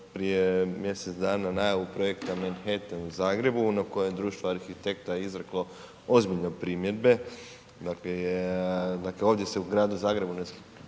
prije mjesec dana najavu projekta Manhattan u Zagrebu, na kojem društvo arhitekta izreklo ozbiljno primjedbe, dakle ovdje se u Gradu Zagrebu ne sluša